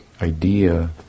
idea